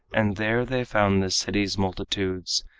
and there they found the city's multitudes,